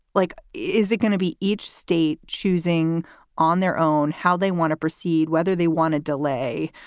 like is it going to be each state choosing on their own, how they want to proceed, whether they want to delay,